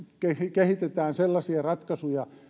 kehitetään sellaisia ratkaisuja